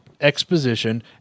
exposition